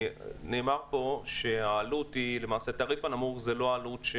נאמר פה שהתעריף הנמוך זה לא העלות.